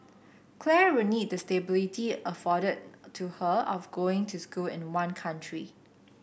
Claire will need the stability afforded to her of going to school in one country